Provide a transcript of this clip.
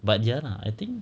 but diana I think